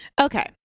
Okay